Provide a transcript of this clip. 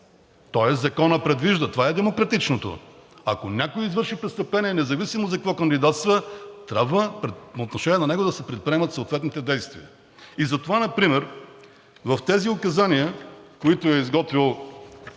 Тоест Законът предвижда. Това е демократичното – ако някой извърши престъпление, независимо за какво кандидатства, трябва по отношение на него да се предприемат съответните действия. Затова например в тези указания, които е изготвил